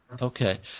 Okay